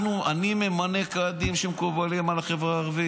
אני ממנה קאדים שמקובלים על החברה הערבית.